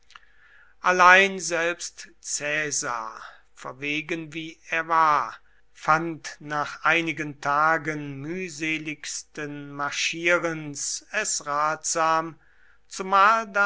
allein selbst caesar verwegen wie er war fand nach einigen tagen mühseligsten marschierens es ratsam zumal